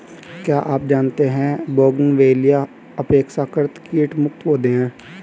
क्या आप जानते है बोगनवेलिया अपेक्षाकृत कीट मुक्त पौधे हैं?